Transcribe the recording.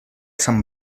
sant